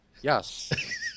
yes